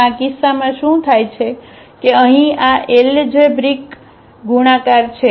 પણ આ કિસ્સામાં શું થાય છે કે અહીં આ એલજેબ્રિક ગુણાકાર છે